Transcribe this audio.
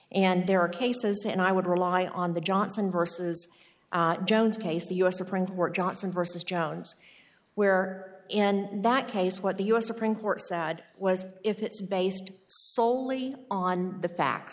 and there are cases and i would rely on the johnson versus jones case the u s supreme court johnson versus jones where in that case what the u s supreme court said was if it's based solely on the facts